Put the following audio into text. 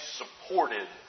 supported